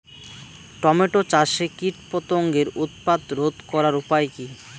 Tomato চাষে কীটপতঙ্গের উৎপাত রোধ করার উপায় কী?